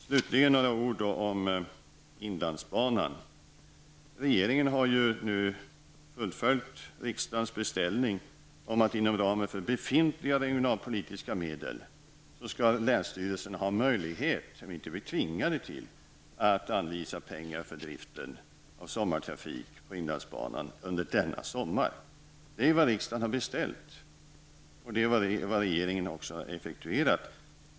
Slutligen några ord om inlandsbanan. Regeringen har nu fullföljt riksdagens beställning att inom ramen för befintliga regionalpolitiska medel ge länsstyrelserna möjlighet -- de skall inte bli tvingade till det -- att anvisa pengar för driften av inlandsbanan under denna sommar. Det har riksdagen beställt, och det har regeringen också effektuerat.